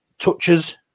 touches